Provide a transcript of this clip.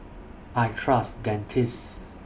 I Trust Dentiste